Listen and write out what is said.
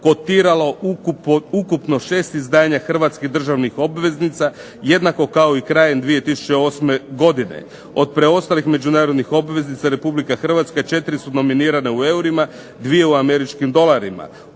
kotiralo ukupno 6 izdanja hrvatskih državnih obveznica, jednako kao i krajem 2008. godine. Od preostalih međunarodnih obveznica Republika Hrvatska četiri su nominirane u eurima, dvije u američkim dolarima.